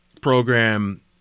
program